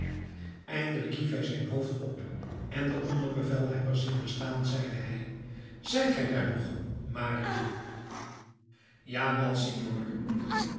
eindelijk hief hij het hoofd op en den onder bevelhebber ziende staan zeide hij zijt gij daar nog marion jawel senor